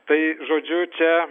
tai žodžiu čia